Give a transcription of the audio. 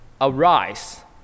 Arise